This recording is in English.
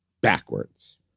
backwards